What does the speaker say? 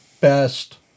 best